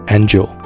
Angel